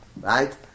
right